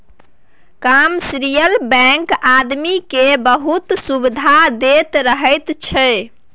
commercial bank आदमी केँ बहुतेक सुविधा दैत रहैत छै